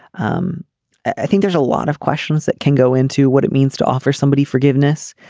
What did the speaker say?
um i think there's a lot of questions that can go into what it means to offer somebody forgiveness.